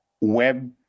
web